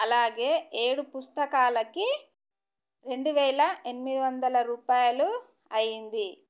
అలాగే ఏడు పుస్తకాలకు రెండు వేల ఎనిమిది వందల రూపాయలు అయ్యింది